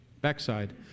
backside